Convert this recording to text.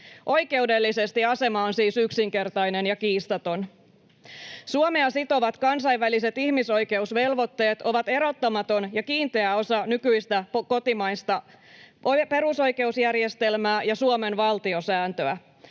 Oikeudellisesti asema on siis yksinkertainen ja kiistaton. Suomea sitovat kansainväliset ihmisoikeusvelvoitteet ovat erottamaton ja kiinteä osa nykyistä kotimaista perusoikeusjärjestelmää ja Suomen valtiosääntöä.